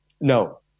No